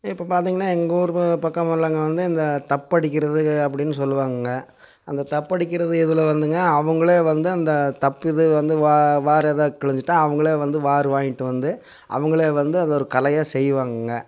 இப்போ பார்த்திங்கனா எங்கூர் பக்கமெல்லாம் வந்து இந்த தப்படிக்கிறது அப்படினு சொல்லுவாங்க அந்த தப்படிக்கிறது இதில் வந்துங்க அவங்களே வந்து அந்த தப்பு இது வந்து வா வாறு எதாவது கிழிஞ்சிட்டால் அவங்களே வந்து வாறு வாங்கிட்டு வந்து அவங்களே வந்து அது ஒரு கலையாக செய்வாங்க